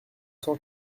cent